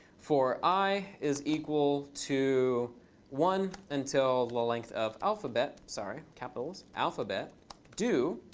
for i is equal to one until the length of alphabet. sorry. capitals. alphabet do